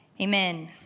Amen